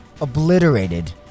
obliterated